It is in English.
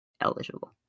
eligible